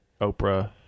oprah